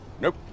Nope